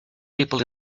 people